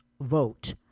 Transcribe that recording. vote